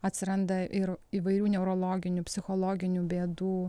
atsiranda ir įvairių neurologinių psichologinių bėdų